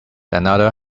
another